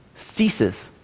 ceases